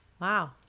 Wow